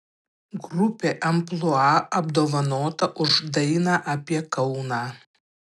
grupė amplua apdovanota už dainą apie kauną